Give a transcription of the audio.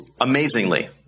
amazingly